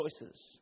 choices